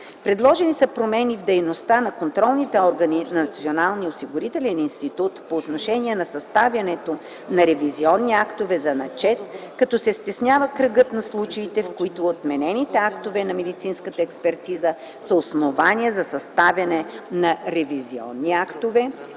Предложени са промени в дейността на Контролните органи на Националния осигурителен институт по отношение на съставянето на ревизионни актове за начет, като се стеснява кръгът на случаите, в които отменените актове на медицинската експертиза са основания за съставяне на ревизионни актове